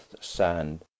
sand